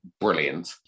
brilliant